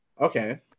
Okay